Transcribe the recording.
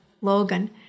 Logan